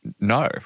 No